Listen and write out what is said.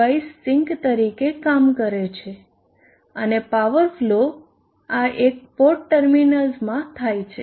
device sink તરીકે કામ કરે છે અને પાવર ફ્લો આ એક પોર્ટ ટર્મિનલ્સમાં થાય છે